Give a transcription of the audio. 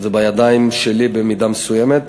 זאת אומרת, זה בידיים שלי במידה מסוימת.